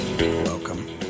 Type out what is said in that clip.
welcome